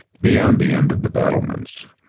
beyond the end of the battlements,